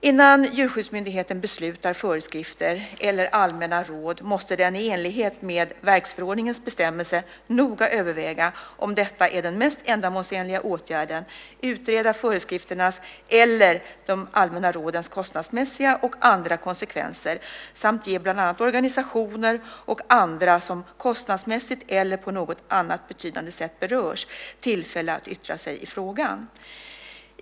Innan Djurskyddsmyndigheten beslutar föreskrifter eller allmänna råd måste den, i enlighet med verksförordningens bestämmelser, noga överväga om detta är den mest ändamålsenliga åtgärden, utreda föreskrifternas eller de allmänna rådens kostnadsmässiga och andra konsekvenser samt ge bland annat organisationer och andra som kostnadsmässigt eller på något annat betydande sätt berörs, tillfälle att yttra sig i frågan.